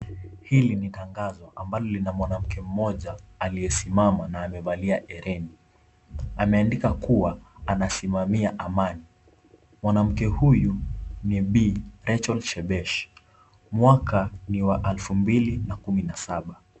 Hili ni tangazo ambalo lina mwanamke mmoja aliyesimama na amevalia hereni. Ameandika kuwa anasimamia amani. Mwanamke huyu ni Bi. Rachel Shebesh. Mwaka ni wa elfu mbili na kumi na saba.